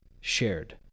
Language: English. shared